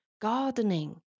gardening